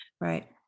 Right